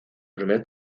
primer